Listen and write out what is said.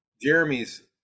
Jeremy's